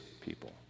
people